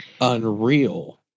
unreal